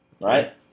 Right